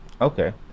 Okay